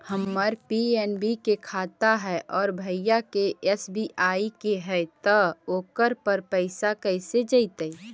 हमर पी.एन.बी के खाता है और भईवा के एस.बी.आई के है त ओकर पर पैसबा कैसे जइतै?